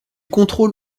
contrôle